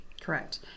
Correct